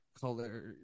Color